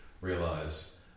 realize